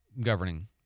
governing